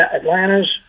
Atlanta's